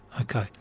Okay